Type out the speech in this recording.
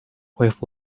with